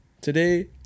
today